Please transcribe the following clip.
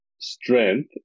strength